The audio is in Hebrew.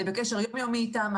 אני בקשר יום-יומי איתם.